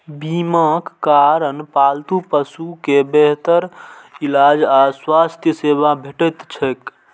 बीमाक कारण पालतू पशु कें बेहतर इलाज आ स्वास्थ्य सेवा भेटैत छैक